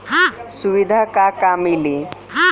सुविधा का का मिली?